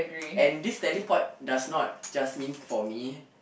and this teleport does not just mean for me